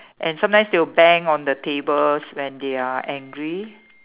and sometimes they will bang on the tables when they are angry